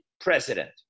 president